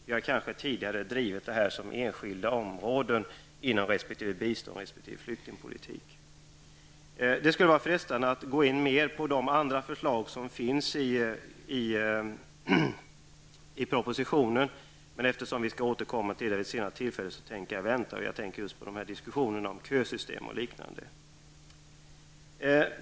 Tidigare har frågorna drivits inom de enskilda områdena bistånds och flyktingpolitik. Det är frestande att gå in mer på de andra förslag som finns i propositionen. Men eftersom vi skall återkomma till dem vid ett senare tillfälle tänker jag vänta. Jag tänker främst på diskussionerna om kösystem osv.